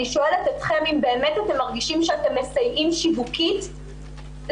אני שואלת אתכם אם באמת אתם מרגישים שאתם מסייעים שיווקית לליגות?